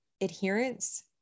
adherence